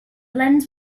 lens